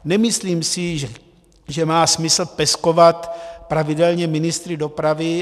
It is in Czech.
Nemyslím si, že má smysl peskovat pravidelně ministry dopravy.